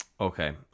Okay